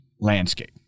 landscape